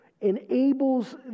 enables